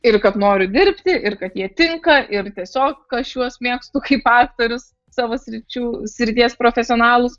ir kad noriu dirbti ir kad jie tinka ir tiesiog aš juos mėgstu kaip aktorius savo sričių srities profesionalus